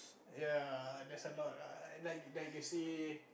ya there's a lot lah like like you see